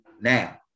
Now